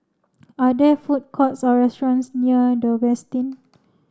are there food courts or restaurants near The Westin